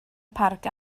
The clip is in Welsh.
parc